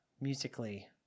musically